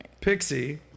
Pixie